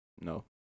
No